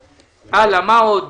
הלאה, מה עוד?